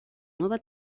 nueva